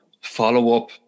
follow-up